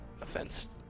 offense